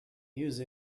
use